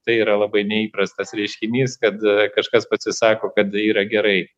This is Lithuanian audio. tai yra labai neįprastas reiškinys kad e kažkas pasisako kad yra gerai